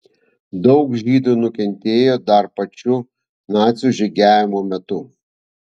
daug žydų nukentėjo dar pačiu nacių žygiavimo metu